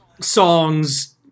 songs